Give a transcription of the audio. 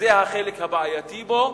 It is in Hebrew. וזה החלק הבעייתי בו,